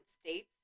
states